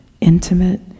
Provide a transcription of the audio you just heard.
intimate